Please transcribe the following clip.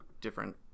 different